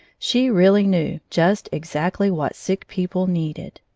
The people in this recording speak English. she really knew just exactly what sick people needed.